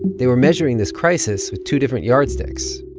they were measuring this crisis with two different yardsticks.